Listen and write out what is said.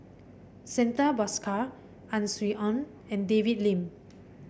Santha Bhaskar Ang Swee Aun and David Lim